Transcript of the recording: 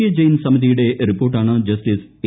K Jain സമിതിയുടെ റിപ്പോർട്ടാണ് justice A